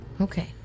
Okay